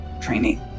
training